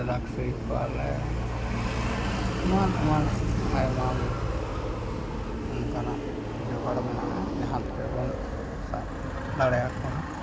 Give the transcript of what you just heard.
ᱨᱟᱹᱠᱥᱤ ᱠᱚᱣᱟᱞᱮ ᱮᱢᱟᱱ ᱮᱢᱟᱱ ᱟᱭᱢᱟ ᱚᱱᱠᱟᱱᱟᱜ ᱡᱚᱜᱟᱲ ᱢᱮᱱᱟᱜᱼᱟ ᱡᱟᱦᱟᱸ ᱠᱚᱨᱮᱵᱚᱱ ᱥᱟᱵ ᱫᱟᱲᱮᱭᱟᱠᱚᱣᱟ